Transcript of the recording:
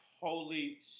holy